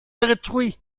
détruit